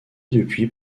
depuis